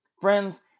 Friends